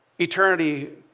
Eternity